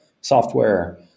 software